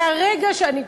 מהרגע שאני,